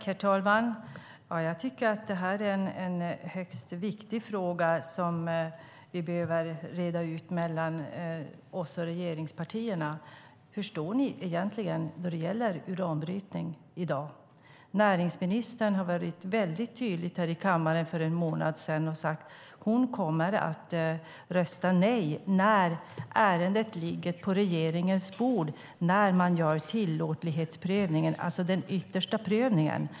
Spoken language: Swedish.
Herr talman! Jag tycker att det här med uran är en högst viktig fråga som vi behöver reda ut mellan oss och regeringspartierna. Var står ni egentligen när det gäller uranbrytning? Näringsministern har varit väldigt tydlig här i kammaren och sagt att hon kommer att rösta nej när ärendet ligger på regeringens bord och man gör tillåtlighetsprövningen, alltså den yttersta prövningen.